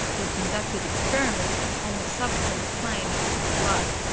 who'd conducted experiments on the substance claimed to be blood.